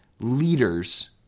leaders